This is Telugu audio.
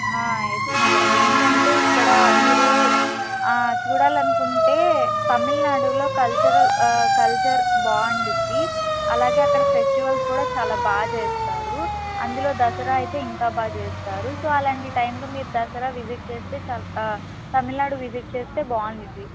ఎస్ మేడమ్ ఏంటంటే ఇక్కడ మీరు చూడాలి అనుకుంటే తమిళనాడులో కల్చరల్ కల్చర్ బాగుంటుద్ది అలాగే అక్కడ ఫెస్టివల్స్ కూడా చాలా బాగా చేస్తారు అందులో దసరా అయితే ఇంకా బాగా చేస్తారు సో అలాంటి టైంలో మీరు దసరా విజిట్ చేస్తే తమిళనాడు విజిట్ చేస్తే బాగుంటుద్ది